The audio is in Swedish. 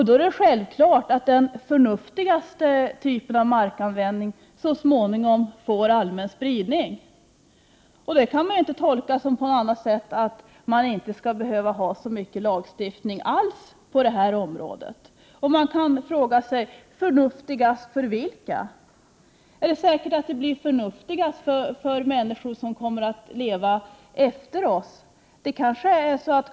Då är det självklart att den förnuftigaste typen av markanvändning så småningom får allmän spridning. Det kan inte tolkas på annat sätt än att man inte skall behöva ha så Prot. 1988/89:117 mycket lagstiftning på detta område. Man kan fråga sig: Förnuftigast för 19 maj 1989 vilka? Är det säkert att det blir förnuftigast för människor som kommer att leva efter oss?